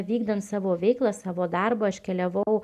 vykdant savo veiklą savo darbą aš keliavau